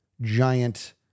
giant